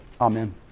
Amen